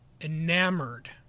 enamored